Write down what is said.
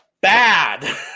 Bad